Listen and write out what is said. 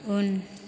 उन